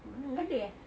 ada eh